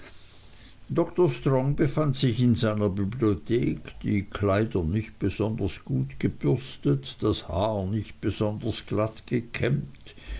dr strong befand sich in seiner bibliothek die kleider nicht besonders gut gebürstet das haar nicht besonders glatt gekämmt